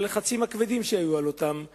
הלחצים הכבדים שהיו על אותם יושבי-ראש.